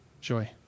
Joy